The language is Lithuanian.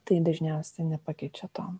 tai dažniausiai nepakeičia to